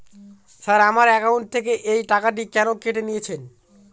Sir আমার account থেকে এই টাকাটি কেন কেটে নিয়েছেন?